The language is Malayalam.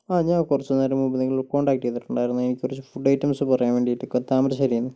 ആ ഞാൻ കുറച്ചുനേരം മുമ്പ് നിങ്ങളെ കോൺടാക്ട് ചെയ്തിട്ടുണ്ടായിരുന്നു എനിക്ക് കുറച്ച് ഫുഡ് ഐറ്റംസ് പറയാൻ വേണ്ടിയിട്ട് താമരശ്ശേരിയിൽ നിന്ന്